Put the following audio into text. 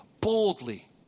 boldly